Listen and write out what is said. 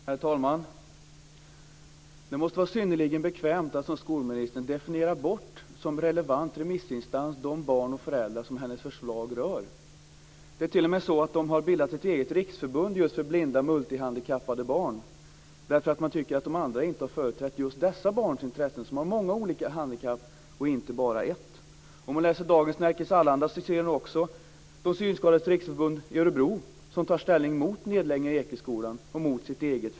Herr talman! Det måste vara synnerligen bekvämt för skolministern att definiera bort som relevant remissinstans de barn och föräldrar som hennes förslag rör. Det är t.o.m. så att de har bildat ett eget riksförbund för just blinda multihandikappade barn. De tycker att de andra förbunden inte har företrätt dessa barns intressen - barn med många handikapp, inte bara ett. Ekeskolan och tar alltså ställning mot sitt eget förbund.